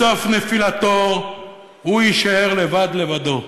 בסוף נפילתו הוא יישאר לבד, לבדו.